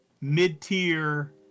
mid-tier